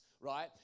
right